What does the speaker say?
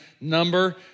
number